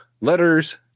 Letters